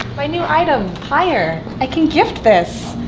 my new item, pyre. i can gift this.